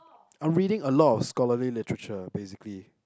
I'm reading a lot of scholarly literature basically